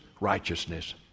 righteousness